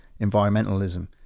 environmentalism